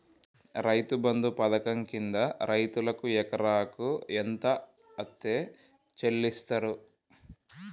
రైతు బంధు పథకం కింద రైతుకు ఎకరాకు ఎంత అత్తే చెల్లిస్తరు?